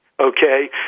okay